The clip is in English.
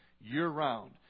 year-round